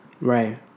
Right